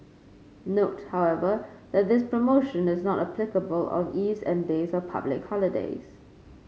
note however that this promotion is not applicable on eves and days of public holidays